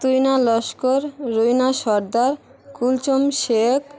Tuhina Laskar Rina Sardar Kulsum Sheikh